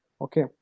Okay